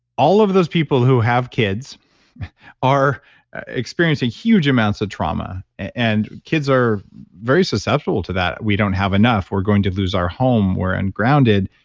all of those people who have kids are experiencing huge amounts of trauma. and kids are very susceptible to that. we don't have enough, we're going to lose our home, we're ungrounded,